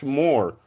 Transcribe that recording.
more